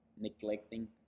neglecting